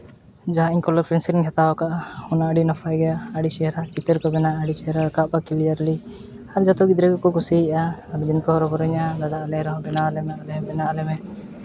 ᱡᱟᱦᱟᱸ ᱤᱧ colour pencil ᱤᱧ ᱦᱟᱛᱟᱣ ᱟᱠᱟᱫᱼᱟ ᱚᱱᱟ ᱟᱹᱰᱤ ᱱᱟᱯᱟᱭ ᱜᱮᱭᱟ ᱟᱹᱰᱤ ᱪᱮᱦᱨᱟ ᱪᱤᱛᱟᱹᱨ ᱠᱚ ᱵᱮᱱᱟᱣ ᱟᱹᱰᱤ ᱪᱮᱦᱨᱟ ᱨᱟᱠᱟᱵᱼᱟ ᱠᱞᱤᱭᱟᱨᱞᱤ ᱟᱨ ᱡᱷᱚᱛᱚ ᱜᱤᱫᱽᱨᱟᱹ ᱜᱮᱠᱚ ᱠᱩᱥᱤᱭᱟᱜᱼᱟ ᱟᱹᱰᱤ ᱠᱚ ᱦᱚᱨᱚᱵᱚᱨᱚᱧᱟ ᱫᱟᱫᱟ ᱟᱞᱮ ᱦᱚᱸ ᱵᱮᱱᱟᱣ ᱟᱞᱮ ᱢᱮ ᱟᱞᱮ ᱦᱚᱸ ᱵᱮᱱᱟᱣ ᱟᱞᱮ ᱢᱮ